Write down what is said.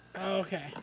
Okay